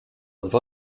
dwa